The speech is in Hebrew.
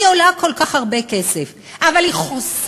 היא עולה כל כך הרבה כסף, אבל היא חוסכת